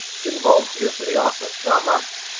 didn't volunteer for the office not much!